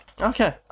Okay